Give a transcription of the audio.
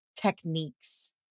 techniques